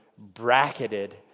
Bracketed